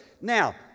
Now